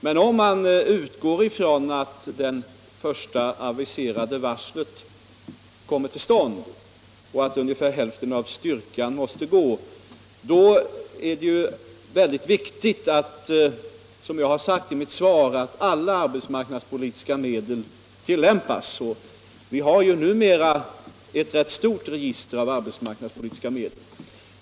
Men om vi utgår ifrån att det först aviserade varslet kommer till stånd och att ungefär hälften av styrkan måste avskedas är det mycket viktigt — som jag har sagt i mitt svar — att alla arbetsmarknadspolitiska medel sätts in, och vi har numera ett rätt stort register av sådana.